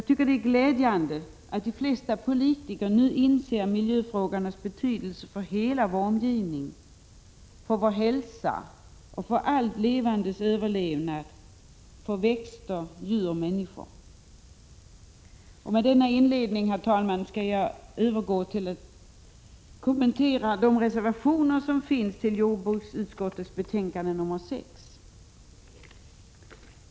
Det är glädjande att de flesta politiker nu inser miljöfrågornas betydelse för hela vår omgivning, vår hälsa och allt livs fortsatta existens, för växter, djur och människor. Efter denna inledning, herr talman, övergår jag till att kommentera de reservationer som fogats till jordbruksutskottets betänkande nr 6.